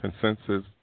consensus